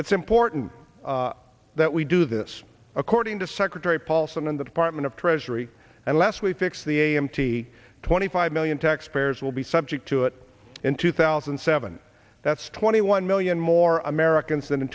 it's important that we do this according to secretary paulson and the department of treasury unless we fix the a m t twenty five million taxpayers will be subject to it in two thousand and seven that's twenty one million more americans than in